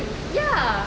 ya